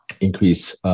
increase